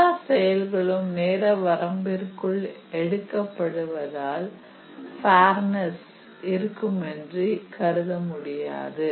எல்லா செயல்களும் நேர வரம்பிற்குள் எடுக்கப்படுவதால் ஃபேர்னஸ் இருக்குமென்று கருத முடியாது